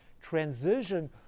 transition